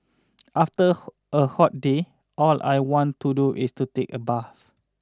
after a hot day all I want to do is to take a bath